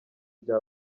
bya